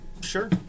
sure